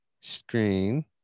screen